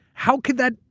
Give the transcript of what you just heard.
how could that.